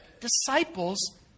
Disciples